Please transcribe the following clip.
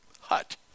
hut